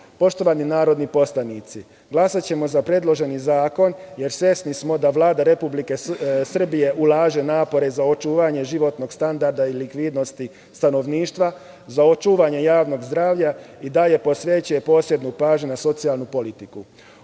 Vlade. Poštovani narodni poslanici, glasaćemo za predloženi zakon, jer svesni smo da Vlada Republike Srbije ulaže napore za očuvanje životnog standarda i likvidnosti stanovništva, za očuvanje javnog zdravlja i dalje posvećuje posebnu pažnju na socijalnu politiku.U